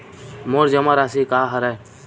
मोर जमा राशि का हरय?